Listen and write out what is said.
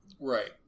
Right